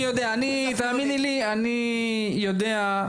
אני יודע,